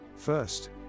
First